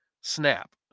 SNAP